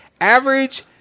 Average